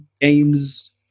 games